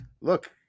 look